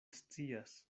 scias